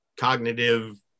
cognitive